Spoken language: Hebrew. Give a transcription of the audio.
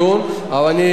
אבל אני,